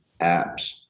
apps